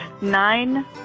nine